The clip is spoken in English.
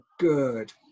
good